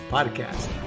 Podcast